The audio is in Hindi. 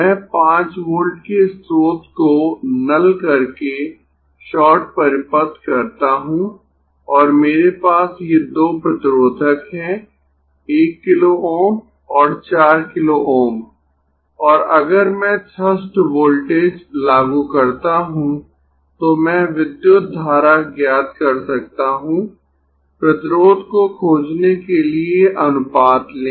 मैं 5 वोल्ट के स्रोत को नल करके शॉर्ट परिपथ करता हूं और मेरे पास ये दो प्रतिरोधक है 1 किलो Ω और 4 किलो Ω और अगर मैं थ्रस्ट वोल्टेज लागू करता हूं तो मैं विद्युत धारा ज्ञात कर सकता हूं प्रतिरोध को खोजने के लिए अनुपात लें